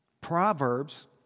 Proverbs